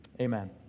Amen